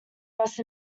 best